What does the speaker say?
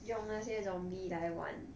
用那些 zombie 来玩